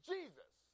Jesus